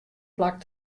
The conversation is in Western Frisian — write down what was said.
plak